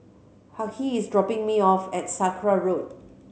Hughey is dropping me off at Sakra Road